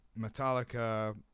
Metallica